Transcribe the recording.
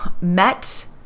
met